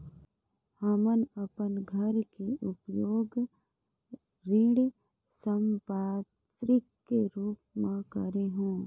हमन अपन घर के उपयोग ऋण संपार्श्विक के रूप म करे हों